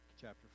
chapter